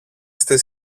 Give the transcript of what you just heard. στη